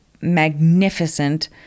magnificent